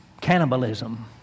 cannibalism